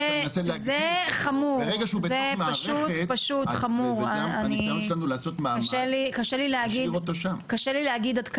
זה פשוט חמור, קשה לי להגיד עד כמה,